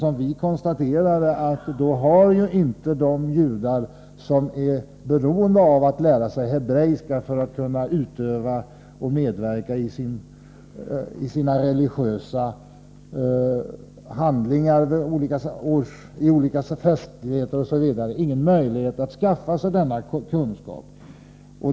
Som vi konstaterade leder detta till att de judar som är beroende av att lära sig hebreiska för att kunna utöva och medverka i sina religiösa handlingar och olika festligheter inte har någon möjlighet att skaffa sig denna kunskap.